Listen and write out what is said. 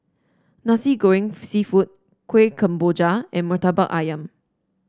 Nasi Goreng seafood Kuih Kemboja and murtabak ayam